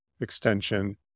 extension